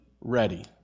ready